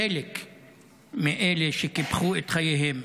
חלק מאלה שקיפחו את חייהם,